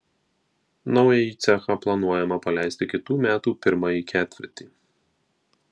naująjį cechą planuojama paleisti kitų metų pirmąjį ketvirtį